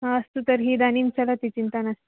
हा अस्तु तर्हि इदानीं चलति चिन्ता नास्ति